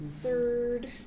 Third